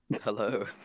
Hello